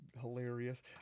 hilarious